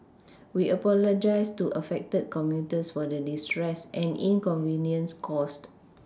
we apologise to affected commuters for the distress and inconvenience caused